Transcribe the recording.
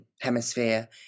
hemisphere